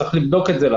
צריך לבדוק את זה,